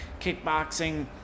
kickboxing